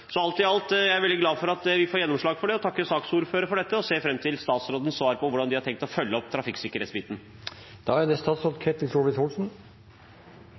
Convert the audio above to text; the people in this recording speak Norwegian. Så alt i alt er jeg veldig glad for at vi får gjennomslag for det. Jeg takker saksordføreren for dette og ser fram til statsrådens svar på hvordan de har tenkt å følge opp trafikksikkerhetsbiten. Det er